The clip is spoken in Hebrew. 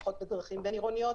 פחות בדרכים בין-עירוניות,